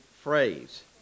phrase